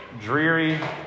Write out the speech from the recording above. dreary